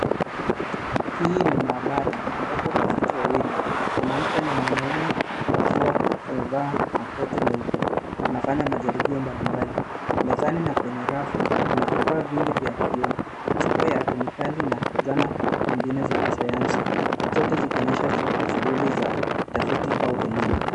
Hii ni maabara ambapo watafiti wawili mwanamke na mwanaume wakiwa wamevaa makoti meupe wanafanya majaribio mbalimbali ,mezani na kwenye rafu kuna vifaa vingi vya kioo chupa yake kemikali na dhana nyingine za kisayansi zote zikionyesha shughuli za utafiti au elimu.